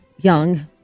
young